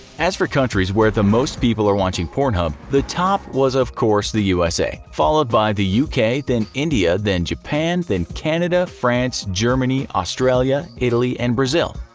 as for countries where the most people are watching pornhub, the top was of course the usa, followed by the uk, then india, then japan, then canada, france, germany, australia, italy and brazil.